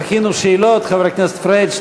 תכינו שאלות, חבר הכנסת פריג'.